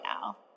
now